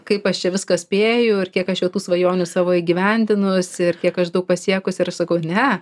kaip aš čia viską spėju ir kiek aš jau tų svajonių savo įgyvendinus ir kiek aš daug pasiekus ir aš sakau ne